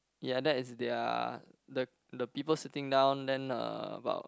ya that is their the the people sitting down then uh about